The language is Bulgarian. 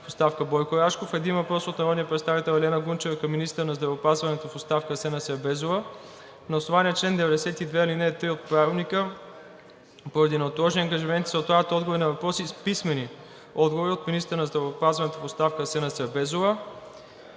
в оставка Бойко Рашков; - един въпрос от народния представител Елена Гунчева към министъра на здравеопазването в оставка Асена Сербезова. На основание чл. 92, ал. 3 от ПОДНС, поради неотложни ангажименти, се отлагат отговори на въпроси с писмени отговори от министъра на здравеопазването в оставка Асена Сербезова.